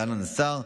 להלן: השר,